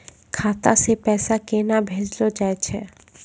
खाता से पैसा केना भेजलो जाय छै?